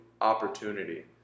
opportunity